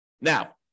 Now